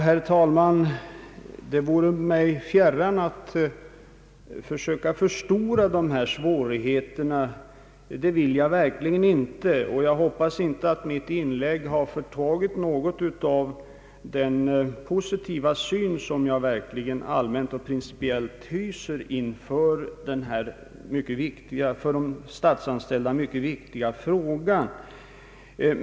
Herr talman! Det vare mig fjärran att söka förstora dessa svårigheter; det vill jag verkligen inte göra, och jag hoppas att mitt inlägg inte har förtagit något av den positiva syn, som jag faktiskt allmänt och principiellt hyser i denna för de statsanställda mycket viktiga fråga.